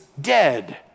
dead